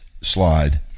slide